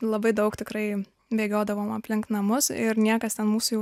labai daug tikrai bėgiodavom aplink namus ir niekas ten mūsų